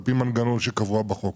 על פי מנגנון שקבוע בחוק.